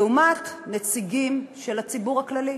לעומת נציגים של הציבור הכללי.